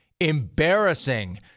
embarrassing